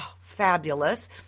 fabulous